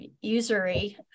usury